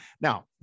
Now